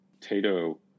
Tato